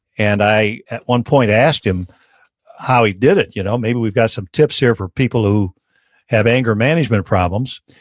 and at one point i asked him how he did it. you know maybe we've got some tips here for people who have anger management problems.